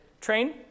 Train